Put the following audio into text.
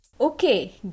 Okay